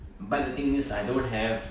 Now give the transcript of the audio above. but the thing is I don't have